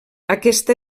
aquesta